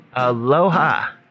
Aloha